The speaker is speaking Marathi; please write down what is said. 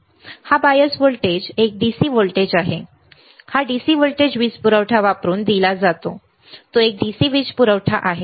हा बायस व्होल्टेज एक DC व्होल्टेज आहे हा DC व्होल्टेज वीज पुरवठा वापरून दिला जातो तो एक DC वीज पुरवठा आहे